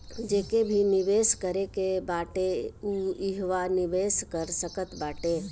जेके भी निवेश करे के बाटे उ इहवा निवेश कर सकत बाटे